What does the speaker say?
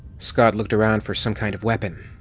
scott looked around for some kind of weapon.